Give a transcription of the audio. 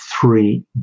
three